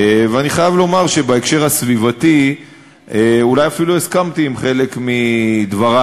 ואני חייב לומר שבהקשר הסביבתי אולי אפילו הסכמתי עם חלק מדברייך.